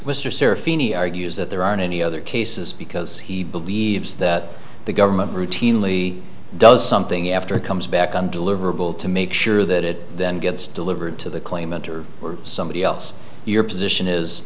argues that there aren't any other cases because he believes that the government routinely does something after it comes back on deliverable to make sure that it then gets delivered to the claimant or somebody else your position is